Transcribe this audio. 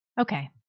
Okay